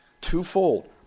Twofold